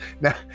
now